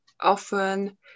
often